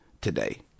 today